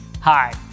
Hi